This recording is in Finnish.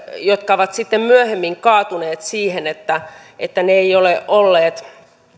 jotka ovat sitten myöhemmin kaatuneet siihen että että ne eivät ole olleet